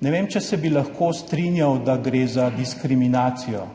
Ne vem, če bi se lahko strinjal, da gre za diskriminacijo.